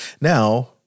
Now